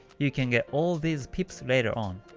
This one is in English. you can get all thees pips later on.